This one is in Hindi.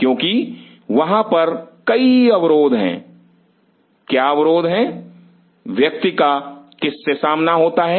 क्योंकि वहां पर कई अवरोध हैं क्या अवरोध हैं व्यक्ति का किस से सामना होता है